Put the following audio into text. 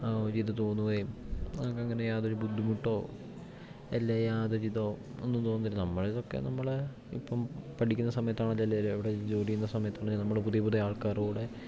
ആ ഒരിത് തോന്നുകയും നമുക്കങ്ങനെ യാതൊരു ബുദ്ധിമുട്ടോ അല്ലേൽ യാതൊരു ഇതോ ഒന്നും തോന്നില്ല നമ്മളിതൊക്കെ നമ്മൾ ഇപ്പം പഠിക്കുന്ന സമയത്താണേൽ അല്ലേൽ ഇവിടെ ജോലി ചെയ്യുന്ന സമയത്താണെങ്കിലും നമ്മള് പുതിയ പുതിയ ആൾക്കാരോട്